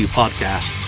podcast